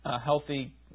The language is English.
healthy